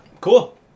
Cool